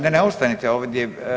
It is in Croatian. Ne, ne ostanite ovdje.